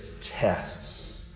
tests